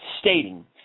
stating